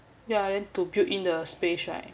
ya then to build in the space right